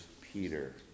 Peter